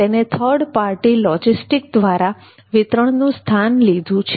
તેને third party logistics દ્વારા વિતરણનું સ્થાન લીધું છે